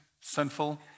sinful